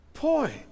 boy